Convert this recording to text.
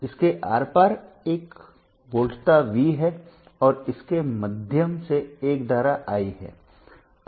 इसके आर पार एक वोल्टता V है और इसके माध्यम से एक धारा I है